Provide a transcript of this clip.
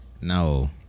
No